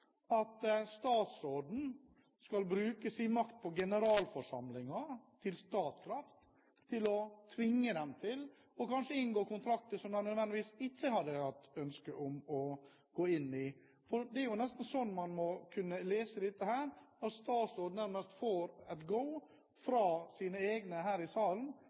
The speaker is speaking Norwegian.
at statsråden skal bruke sin makt på generalforsamlingen til Statkraft til å tvinge dem til å inngå kontrakter som de ikke nødvendigvis har hatt ønske om å gå inn i? Det er nesten sånn man må kunne lese dette – at statsråden nærmest får et «go» fra sine egne her i salen